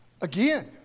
Again